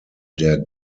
der